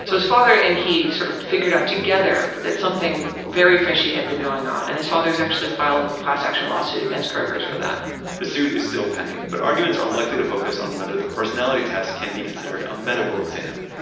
so his father and he sort of figured out together that something very fishy had been going on and his father has actually filed a class-action lawsuit against kroger's for that the suit is still pending, but arguments are likely to focus on whether the personality test can be considered a medical exam.